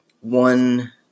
one